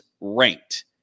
ranked